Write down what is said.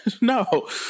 No